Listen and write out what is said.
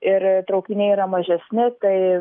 ir traukiniai yra mažesni tai